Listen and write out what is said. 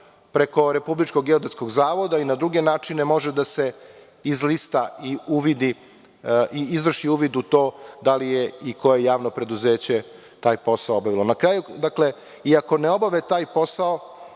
preko Republičkog geodetskog zavoda i na druge načine može da se izlista i izvrši uvid u to da li je i koje javno preduzeće taj posao obavilo. Na kraju, iako ne obave taj posao,